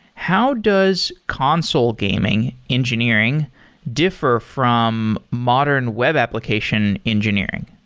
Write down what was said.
how does console gaming engineering differ from modern web application engineering?